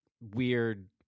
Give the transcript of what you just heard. weird